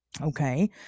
okay